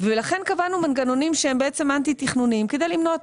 ולכן קבענו מנגנונים שהם אנטי תכנוניים כדי למנוע את